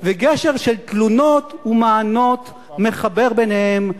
וגשר של תלונות ומענות מחבר ביניהם,